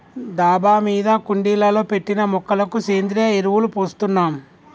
డాబా మీద కుండీలలో పెట్టిన మొక్కలకు సేంద్రియ ఎరువులు పోస్తున్నాం